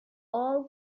all